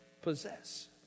Possess